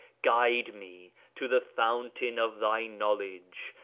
guide me to the fountain of thy knowledge,